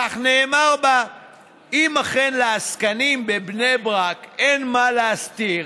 כך נאמר בה: אם אכן לעסקנים בבני ברק אין מה להסתיר,